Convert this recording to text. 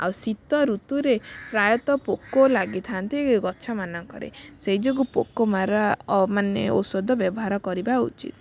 ଆଉ ଶୀତ ଋତୁରେ ପ୍ରାୟତଃ ପୋକ ଲାଗିଥାଆନ୍ତି ଗଛମାନଙ୍କରେ ସେଇ ଯୋଗୁଁ ପୋକ ମାରା ମାନେ ଔଷଧ ବ୍ୟବହାର କରିବା ଉଚିତ